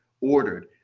ordered